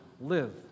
live